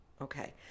Okay